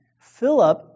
Philip